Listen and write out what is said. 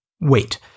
Wait